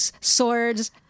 swords